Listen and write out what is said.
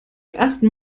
ersten